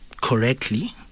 correctly